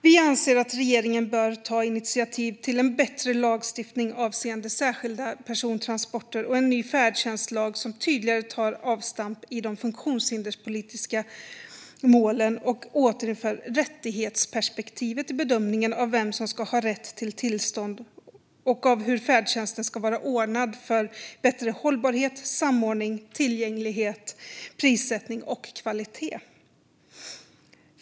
Vi anser att regeringen bör ta initiativ till bättre lagstiftning avseende särskilda persontransporter och en ny färdtjänstlag som tydligare tar avstamp i de funktionshinderspolitiska målen och återinför rättighetsperspektivet i bedömningen av vem som ska ha rätt till tillstånd och av hur färdtjänsten ska vara ordnad för bättre hållbarhet, samordning, tillgänglighet, prissättning och kvalitet.